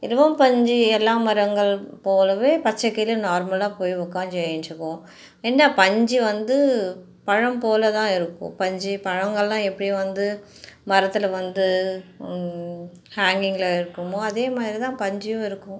இலவம்பஞ்சு எல்லா மரங்கள் போலவே பச்சைக்கிளி நார்மலாக போய் உக்காஞ்சி ஏழுந்ச்சிக்கும் எந்த பஞ்சு வந்து பழம் போல் தான் இருக்கும் பஞ்சு பழங்களெலாம் எப்படி வந்து மரத்தில் வந்து ஹேங்கிங்கில் இருக்குமோ அதேமாதிரி தான் பஞ்சும் இருக்கும்